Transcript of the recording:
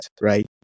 right